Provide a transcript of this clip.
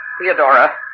Theodora